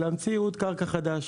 להמציא ייעוד קרקע חדש,